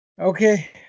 Okay